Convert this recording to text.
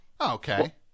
Okay